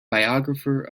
biographer